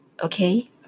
Okay